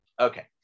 Okay